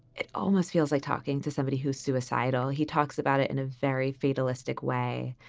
it almost feels like talking to somebody who's suicidal. he talks about it in a very fatalistic way.